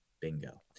Bingo